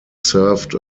served